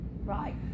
Right